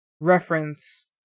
reference